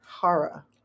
Hara